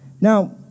Now